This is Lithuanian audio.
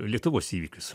lietuvos įvykius